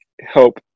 help